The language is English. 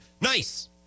Nice